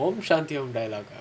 இது:ithu om shnathi om dialogue ah